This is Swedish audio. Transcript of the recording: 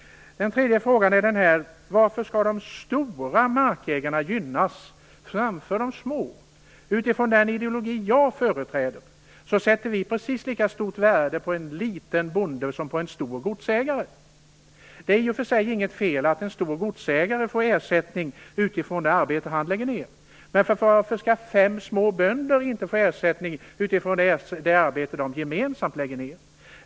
Min tredje fråga: Varför skall de stora markägarna gynnas före de små? Utifrån den ideologi som jag företräder sätts precis lika stort värde på en liten bonde som på en stor godsägare. Det är i och för sig inget fel i att en stor godsägare får ersättning utifrån det arbete som han lägger ner. Men varför skall fem små bönder inte få ersättning utifrån det arbete som de gemensamt lägger ner?